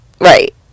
Right